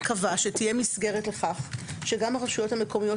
החוק קבע שתהיה מסגרת לכך שגם הרשויות המקומיות